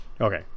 okay